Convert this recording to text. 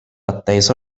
atteso